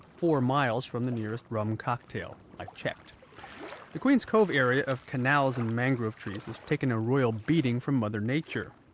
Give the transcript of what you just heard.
four miles from the nearest rum cocktail. i checked the queen's cove area of canals and mangrove trees has taken a royal beating from mother nature.